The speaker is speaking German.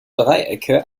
dreiecke